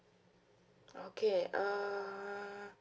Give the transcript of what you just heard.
okay uh